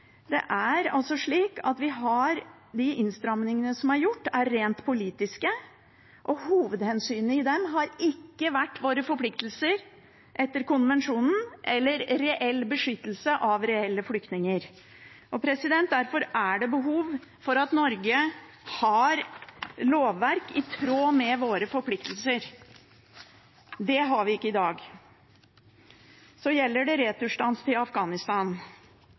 som er gjort, er rent politiske. Hovedhensynet i dem har ikke vært våre forpliktelser etter konvensjonen eller reell beskyttelse av reelle flyktninger. Derfor er det behov for at Norge har et lovverk i tråd med våre forpliktelser. Det har vi ikke i dag. Så gjelder det returstans til Afghanistan.